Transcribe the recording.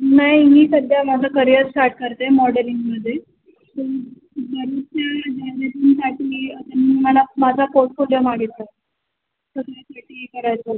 नाही मी सध्या माझं करियर स्टार्ट करते मॉडेलिंमध्ये त्यांनी मला माझा पोर्टफोलिओ मागितला आहे